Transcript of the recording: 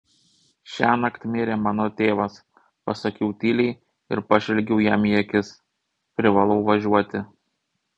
šiąnakt mirė mano tėvas pasakiau tyliai ir pažvelgiau jam į akis privalau važiuoti